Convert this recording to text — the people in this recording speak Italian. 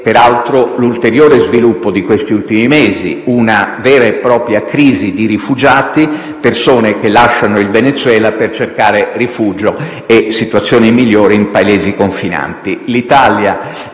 peraltro l'ulteriore sviluppo degli ultimi mesi: una vera e propria crisi di rifugiati, persone che lasciano il Venezuela per cercare rifugio e situazioni migliori in Paesi confinanti.